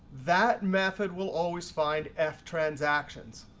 that method will always find f transactions.